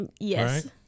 Yes